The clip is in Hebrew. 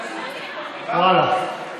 ואללה,